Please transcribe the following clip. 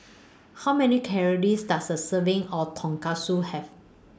How Many Calories Does A Serving of Tonkatsu Have